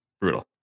brutal